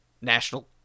national